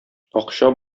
акча